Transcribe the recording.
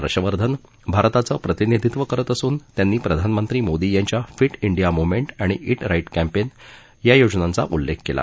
हर्षवर्धन भारताचं प्रतिनिधित्व करत असून त्यांनी प्रधानमंत्री मोदी यांच्या फिट डिया मूव्हमेंट आणि ईट रात्रि केंपैन या योजनांचा उल्लेख केला